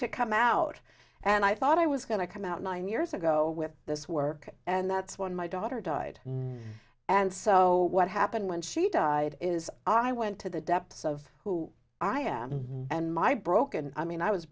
to come out and i thought i was going to come out nine years ago with this work and that's when my daughter died and so what happened when she died is i went to the depths of who i am and my broken i mean i was